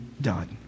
done